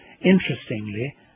interestingly